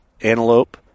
Antelope